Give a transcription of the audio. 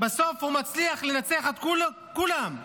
בסוף הוא מצליח לנצח את כולם.